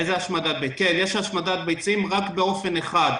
כן, יש השמדת ביצים רק באופן אחד: